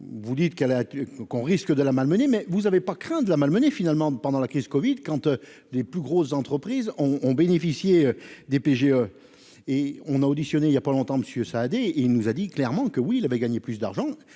qu'elle a qu'on risque de la malmené, mais vous avez pas crainte la malmener finalement pendant la crise Covid Kant des plus grosses entreprises ont ont bénéficié des PGE et on a auditionné il y a pas longtemps monsieur Saadé, il nous a dit clairement que oui, il avait gagné plus d'argent